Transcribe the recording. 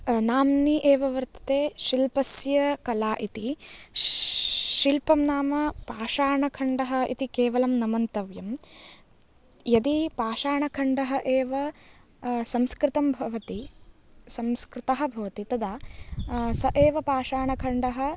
नाम्नि एव वर्तते शिल्पस्य कला इति शिल्पं नाम पाषाणखण्डः इति केवलं न मन्तव्यं यदि पाषाणखण्डः एव संस्कृतं भवति संस्कृतः भवति तदा स एव पाषाणखण्डः